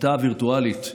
בכיתה וירטואלית,